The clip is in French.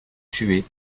tuée